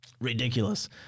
ridiculous